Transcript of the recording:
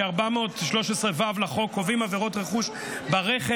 סעיפים 413(ב) ו-413(ו) לחוק קובעים עבירות רכוש ברכב,